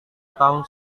tahun